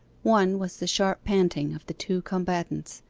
one was the sharp panting of the two combatants,